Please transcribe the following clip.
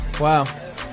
Wow